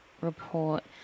report